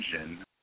engine